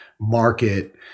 market